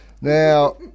Now